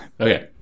Okay